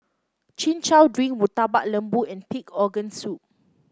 Chin Chow Drink Murtabak Lembu and Pig Organ Soup